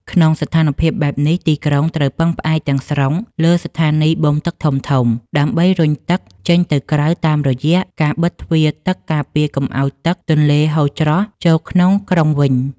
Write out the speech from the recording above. ក្នុងស្ថានភាពបែបនេះ ទីក្រុងត្រូវពឹងផ្អែកទាំងស្រុងលើស្ថានីយបូមទឹកធំៗ ដើម្បីរុញទឹកចេញទៅក្រៅតាមរយៈការបិទទ្វារទឹកការពារកុំឱ្យទឹកទន្លេហូរច្រោះចូលក្នុងក្រុងវិញ។